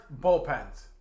bullpens